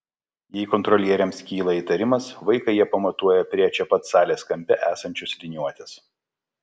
jei kontrolieriams kyla įtarimas vaiką jie pamatuoja prie čia pat salės kampe esančios liniuotės